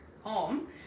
home